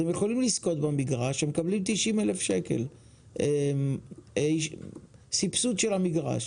במצב זה הם יכולים לזכות במגרש ולקבל 90,000 שקל סבסוד של המגרש.